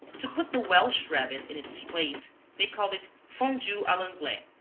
to put the welsh rabbit in its place they called it fondue a l'anglaise,